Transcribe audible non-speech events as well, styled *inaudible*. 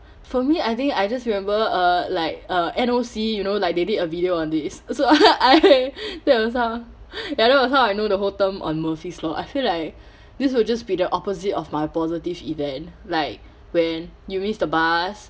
for me I think I just remember uh like uh N_O_C you know like they did a video on this so *laughs* I *breath* that was how *breath* ya that was how I know the whole term on murphy's law I feel like this will just be the opposite of my positive event like when you miss the bus